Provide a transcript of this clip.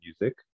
music